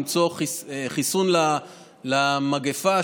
למצוא חיסון למגפה,